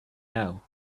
know